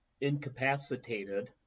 Incapacitated